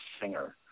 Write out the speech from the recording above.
singer